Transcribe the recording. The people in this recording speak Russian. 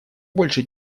больше